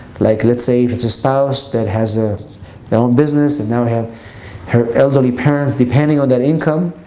like let's say if it's a spouse that has ah their own business and now have her elderly parents, depending on that income.